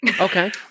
Okay